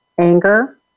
anger